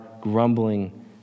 grumbling